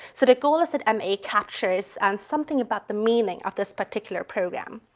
so the goal is that m a captures and something about the meaning of this particular program.